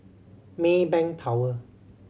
Maybank Tower